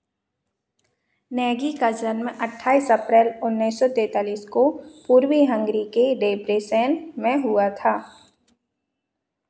Nagy का जन्म अट्ठाईस अप्रैल उन्नीस सौ तैतालीस को पूर्वी हंगरी के डेब्रेसेन में हुआ था